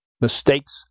mistakes